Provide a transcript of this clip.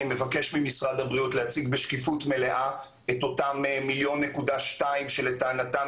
אני מבקש ממשרד הבריאות להציג בשקיפות מלאה את אותם 1.2 מיליון שלטענתם